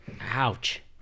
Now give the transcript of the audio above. Ouch